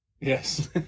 yes